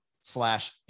slash